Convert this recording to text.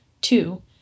two